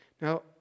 Now